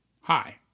Hi